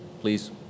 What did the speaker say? please